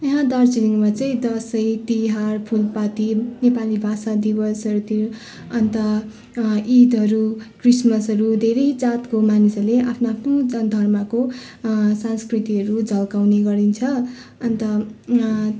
यहाँ दार्जिलिङमा चाहिँ दसैँ तिहार फुलपाती नेपाली भाषा दिवसहरूतिर अन्त ईदहरू क्रिसमसहरू धेरै जातको मानिसहरूले आफ्नो आफ्नो जात धर्मको संस्कृतिहरू झल्काउने गरिन्छ अन्त